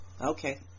Okay